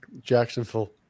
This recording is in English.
Jacksonville